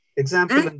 example